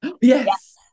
Yes